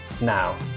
now